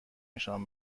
نشان